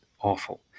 awful